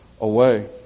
away